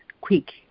quick